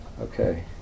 Okay